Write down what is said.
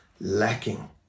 lacking